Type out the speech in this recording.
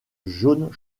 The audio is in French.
jaune